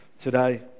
today